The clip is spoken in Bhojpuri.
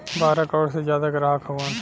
बारह करोड़ से जादा ग्राहक हउवन